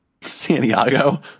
Santiago